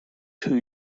two